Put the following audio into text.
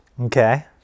Okay